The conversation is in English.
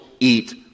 eat